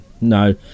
no